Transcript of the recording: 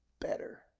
better